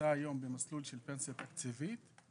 נמצאים באותו חוק אבל יש להם סעיפים נפרדים.